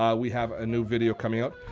um we have a new video coming up.